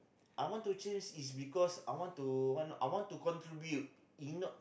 I want to change is because I want to want I want to contribute y~ know